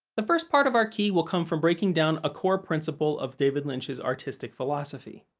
the first part of our key will come from breaking down a core principle of david lynch's artistic philosophy.